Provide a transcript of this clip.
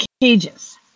cages